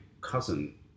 cousin